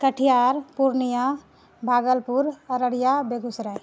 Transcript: Katihar Purnia Bhagalpur Araria Begusarai